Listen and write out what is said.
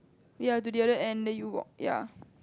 ya to the other end then you walk ya